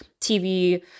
TV